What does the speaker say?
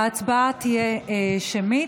ההצבעה תהיה שמית,